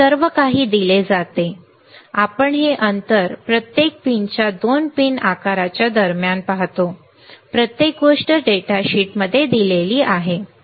सर्वकाही दिले जाते आपण हे अंतर प्रत्येक पिनच्या 2 पिन आकाराच्या दरम्यान पाहतो प्रत्येक गोष्ट डेटा शीटमध्ये दिलेली आहे